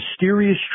Mysterious